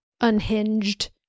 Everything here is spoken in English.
unhinged